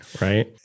right